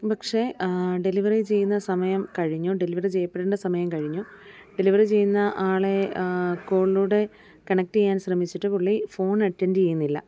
പക്ഷെ ഡെലിവറി ചെയ്യുന്ന സമയം കഴിഞ്ഞു ഡെലിവറി ചെയ്യപ്പെടേണ്ട സമയം കഴിഞ്ഞു ഡെലിവറി ചെയ്യുന്ന ആളെ കോളിലൂടെ കണക്റ്റെയ്യാൻ ശ്രമിച്ചിട്ട് പുള്ളി ഫോൺ അറ്റൻഡെയ്യുന്നില്ല